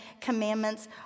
Commandments